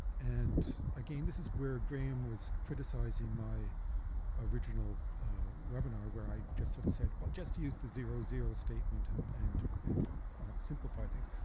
and again this is where graham was criticizing my original webinar where i just sort of said well just use the zero zero statement and and simplify things.